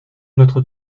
notre